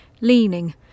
leaning